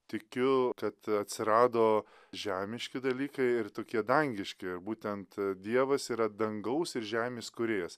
tikiu kad atsirado žemiški dalykai ir tokie dangiškieji būtent dievas yra dangaus ir žemės kūrėjas